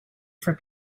for